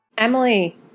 Emily